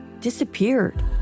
disappeared